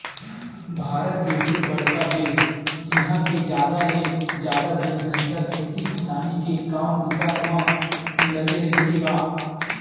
भारत जइसे बड़का देस जिहाँ के जादा ले जादा जनसंख्या खेती किसानी के काम बूता म लगे रहिथे गा